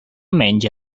menja